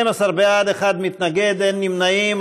12 בעד, אחד נגד, אין נמנעים.